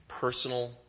Personal